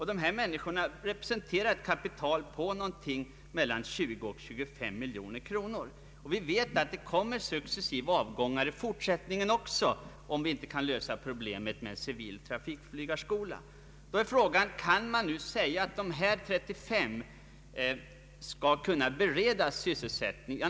Den här gruppen representerar ett kapital på mellan 20 och 25 miljoner kronor. Vi får anta att det successivt kommer avgångar från flygvapnet i fortsättningen också, om vi inte kan lösa problemet med en civil trafikflygarskola. Kan man nu säga att ifrågavarande 30 piloter skall kunna beredas sysselsättning?